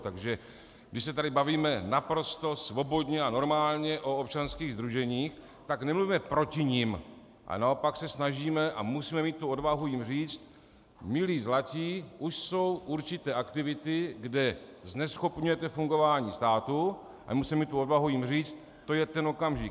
Takže když se tady bavíme naprosto svobodně a normálně o občanských sdruženích, tak nemluvíme proti nim, ale naopak se snažíme a musíme mít tu odvahu jim říct: milí zlatí, už jsou určité aktivity, kde zneschopňujete fungování státu, ale musíme mít odvahu jim říct, to je ten okamžik.